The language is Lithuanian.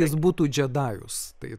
jis būtų džedajus tai